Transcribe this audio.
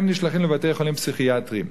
הם נשלחים לבתי-חולים פסיכיאטריים.